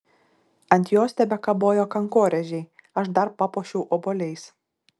ant jos tebekabojo kankorėžiai aš dar papuošiau obuoliais